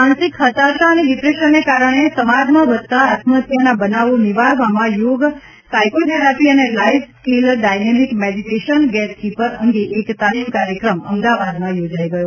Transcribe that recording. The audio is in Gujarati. માનસિક હતાશા અને ડિપ્રેશનને કારણે સમાજમાં વધતાં આત્મહત્યાના બનાવો નિવારવામાં યોગ સાયકોથેરેપી અને life skill dynamic meditation gatekeeper અંગે એક તાલીમ કાર્યક્રમ અમદાવાદમાં યોજાઇ ગયો